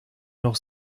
noch